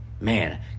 man